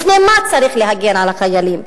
מפני מה צריך להגן על החיילים?